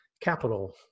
capital